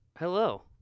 hello